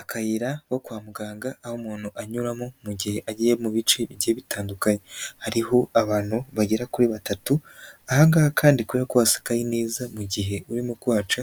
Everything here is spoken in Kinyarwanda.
Akayira ko kwa muganga aho umuntu anyuramo mu gihe agiye mu bice bigiye bitandukanye, hariho abantu bagera kuri batatu, aha ngaha kandi kubera ko hasakaye neza mu gihe urimo kuhaca